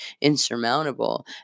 insurmountable